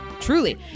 Truly